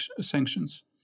sanctions